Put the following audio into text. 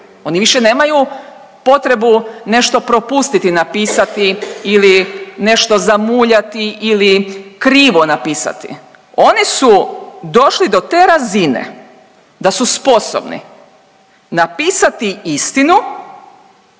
oni više nemaju potrebu nešto propustiti, napisati ili nešto zamuljati ili krivo napisati. Oni su došli do te razine da su sposobni napisati istinu,